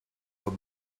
will